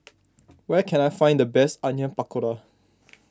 where can I find the best Onion Pakora